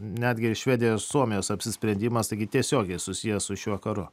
netgi švedijos suomijos apsisprendimas taigi tiesiogiai susijęs su šiuo karu